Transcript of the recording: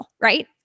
right